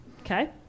Okay